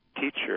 teacher